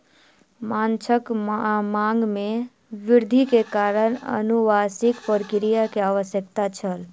माँछक मांग में वृद्धि के कारण अनुवांशिक प्रक्रिया के आवश्यकता छल